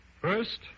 First